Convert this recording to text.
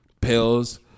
Pills